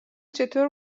چطور